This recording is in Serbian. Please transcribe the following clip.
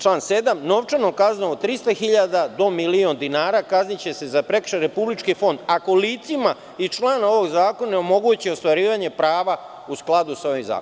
Član 7. – novčanom kaznom od 300 hiljada do milion dinara kazniće se za prekršaj Republički fond, ako licima iz člana ovog zakona omogući ostvarivanje prava u skladu sa ovim zakonom.